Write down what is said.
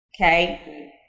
Okay